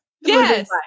Yes